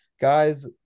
Guys